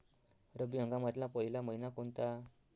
रब्बी हंगामातला पयला मइना कोनता?